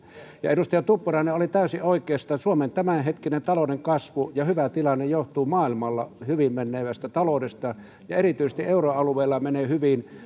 ja edustaja tuppurainen oli täysin oikeassa että suomen tämänhetkinen talouden kasvu ja hyvä tilanne johtuu maailmalla hyvin menevästä taloudesta erityisesti euroalueella menee